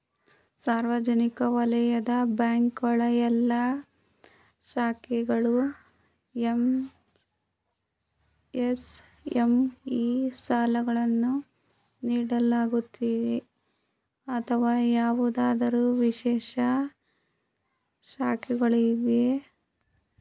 ಸಾರ್ವಜನಿಕ ವಲಯದ ಬ್ಯಾಂಕ್ ಗಳ ಎಲ್ಲಾ ಶಾಖೆಗಳು ಎಂ.ಎಸ್.ಎಂ.ಇ ಸಾಲಗಳನ್ನು ನೀಡುತ್ತವೆಯೇ ಅಥವಾ ಯಾವುದಾದರು ವಿಶೇಷ ಶಾಖೆಗಳಿವೆಯೇ?